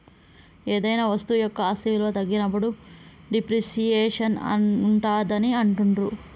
ఏదైనా వస్తువు యొక్క ఆస్తి విలువ తగ్గినప్పుడు డిప్రిసియేషన్ ఉంటాదని అంటుండ్రు